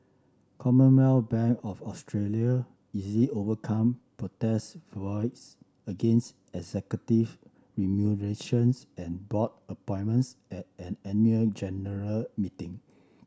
Commonwealth Bank of Australia easily overcome protest votes against executive remunerations and board appointments at an annual general meeting